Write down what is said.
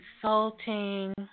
consulting